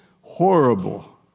horrible